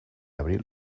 abril